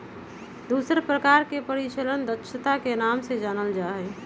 दूसर प्रकार के परिचालन दक्षता के नाम से जानल जा हई